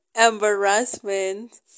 embarrassment